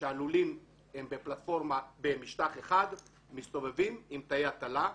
שהלולים הם במשטח אחד, מסתובבים עם תאי הטלה,